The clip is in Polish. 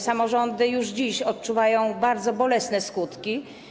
Samorządy już dziś odczuwają bardzo bolesne tego skutki.